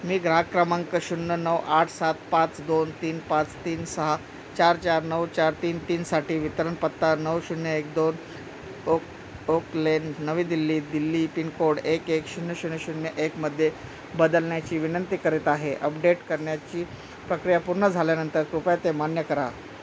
मी ग्राहक क्रमांक शून्य नऊ आठ सात पाच दोन तीन पाच तीन सहा चार चार नऊ चार तीन तीनसाठी वितरणपत्ता नऊ शून्य एक दोन ओक ओकलेन नवी दिल्ली दिल्ली पिनकोड एक शून्य शून्य शून्य एकमध्ये बदलण्याची विनंती करीत आहे अपडेट करण्याची प्रक्रिया पूर्ण झाल्यानंतर कृपया ते मान्य करा